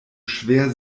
schwer